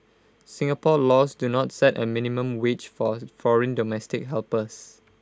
Singapore laws do not set A minimum wage for foreign domestic helpers